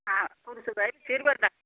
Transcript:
ஆ குருசுக்கோயில் ஸ்ரீ